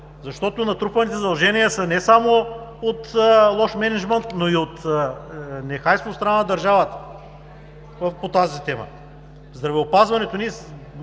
Защото натрупаните задължения са не само от лош мениджмънт, но и от нехайство от страна на държавата по тази тема. Преди по-малко от